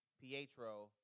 Pietro